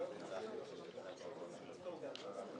(סמכות רשות מקומית לתת פטור מארנונה למוסד מתנדב לשירות הציבור),